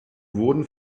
wurden